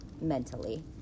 mentally